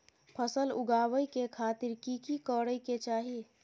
फसल उगाबै के खातिर की की करै के चाही?